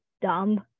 dumb